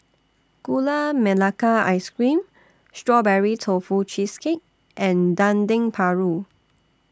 Gula Melaka Ice Cream Strawberry Tofu Cheesecake and Dendeng Paru